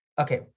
Okay